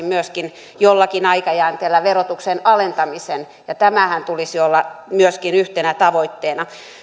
myöskin jollakin aikajänteellä verotuksen alentamisen ja tämänhän tulisi olla myöskin yhtenä tavoitteena